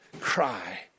cry